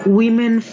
women